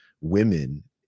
women